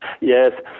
Yes